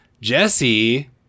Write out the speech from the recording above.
Jesse